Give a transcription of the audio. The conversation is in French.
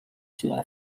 sera